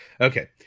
okay